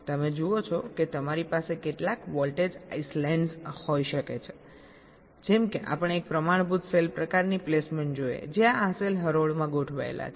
તમે જુઓ છો કે તમારી પાસે કેટલાક વોલ્ટેજ આઈસલેંડ્સ હોઈ શકે છેજેમ કે આપણે એક પ્રમાણભૂત સેલ પ્રકારની પ્લેસમેન્ટ જોઈએ જ્યાં આ સેલ હરોળમાં ગોઠવાયેલા છે